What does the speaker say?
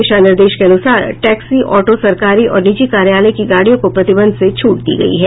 दिशा निर्देश के अनुसार टैक्सी ऑटो सरकारी और निजी कार्यालय की गाड़ियों को प्रतिबंध से छूट दी गयी है